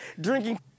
drinking